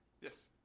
Yes